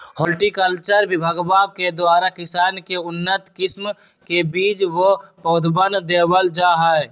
horticulture विभगवा के द्वारा किसान के उन्नत किस्म के बीज व पौधवन देवल जाहई